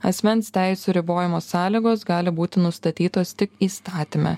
asmens teisių ribojimo sąlygos gali būti nustatytos tik įstatyme